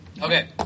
Okay